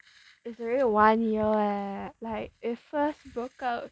it's already one year eh like it first broke out